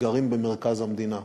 גרים במרכז המדינה.